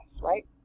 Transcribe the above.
right